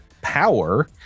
Power